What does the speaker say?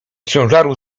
ciężaru